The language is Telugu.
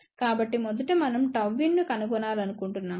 కాబట్టిమొదట మనం Γin ను కనుగొనాలనుకుంటున్నాము